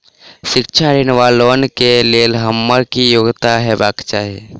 शिक्षा ऋण वा लोन केँ लेल हम्मर की योग्यता हेबाक चाहि?